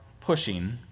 pushing